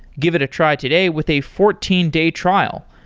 give it a try today with a fourteen day trial.